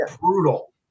brutal